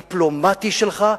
בגלל הרקע הדיפלומטי שלך.